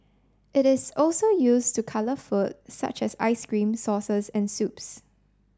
it is also used to colour food such as ice cream sauces and soups